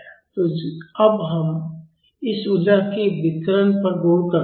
तो अब हम इस ऊर्जा के विवरण पर गौर करते हैं